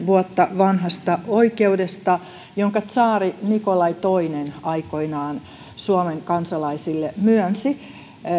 vuotta vanhasta oikeudesta jonka tsaari nikolai kahteen aikoinaan suomen kansalaisille myönsi